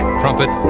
trumpet